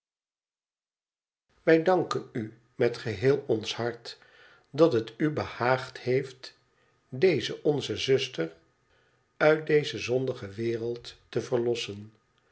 wij danken u met geheel ons hart dat het u behaagd heeft deze onze zuster uit deze zondige wereld te verlossen